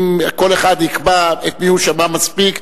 אם כל אחד יקבע את מי הוא שמע מספיק,